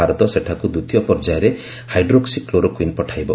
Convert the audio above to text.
ଭାରତ ସେଠାକୁ ଦ୍ୱିତୀୟ ପର୍ଯ୍ୟାୟରେ ହାଇଡ୍ରୋକ୍ସି କ୍ଲୋରୋକୁଇନ୍ ପଠାଇବ